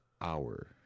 hour